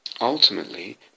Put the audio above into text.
Ultimately